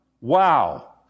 Wow